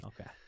Okay